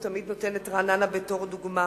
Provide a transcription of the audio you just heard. הוא תמיד נותן את רעננה בתור דוגמה,